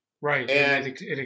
Right